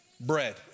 Bread